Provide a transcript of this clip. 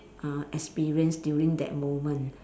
uh experience during that moment